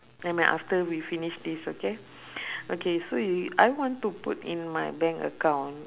nevermind after we finish this okay okay so if I want to put in my bank account